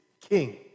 king